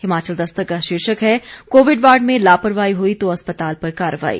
हिमाचल दस्तक का शीर्षक है कोविड वार्ड में लापरवाही हुई तो अस्पताल पर कार्रवाई